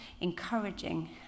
encouraging